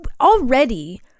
Already